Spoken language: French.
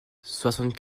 soixante